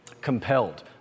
compelled